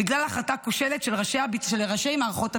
בגלל החלטה כושלת של ראשי מערכות הביטחון.